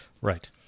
Right